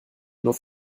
nur